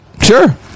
Sure